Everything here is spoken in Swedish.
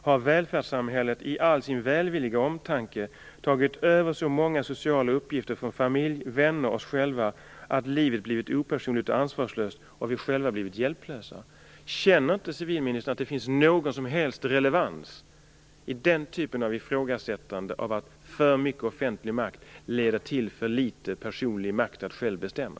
Har välfärdssamhället i all sin välvilliga omtanke tagit över så många sociala uppgifter från familj, vänner och oss själva att livet blivit opersonligt och ansvarslöst och vi själva blivit hjälplösa? Känner inte civilministern att det finns någon relevans i den typen av ifrågasättande - att för mycket offentlig makt leder till för litet personlig makt att själv bestämma?